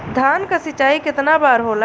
धान क सिंचाई कितना बार होला?